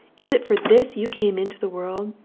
is it for this you came into the world,